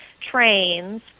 trains